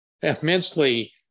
immensely